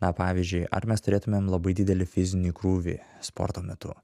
na pavyzdžiui ar mes turėtumėm labai didelį fizinį krūvį sporto metu